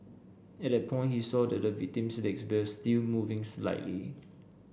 at that point he saw that the victim's legs were still moving slightly